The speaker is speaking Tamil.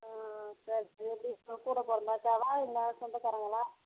சரி சரி கூட பிறந்த அக்காவா இல்லை சொந்தக்காரவங்களா